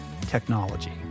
technology